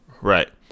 right